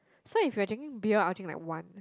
so we are drinking beer I'll drink like one